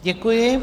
Děkuji.